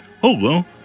hello